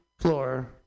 floor